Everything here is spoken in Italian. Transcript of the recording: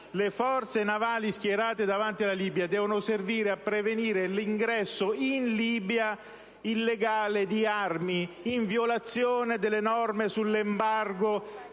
Le forze navali schierate davanti alla Libia devono servire a prevenire l'ingresso illegale di armi in Libia, in violazione delle norme sull'*embargo*